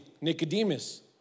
Nicodemus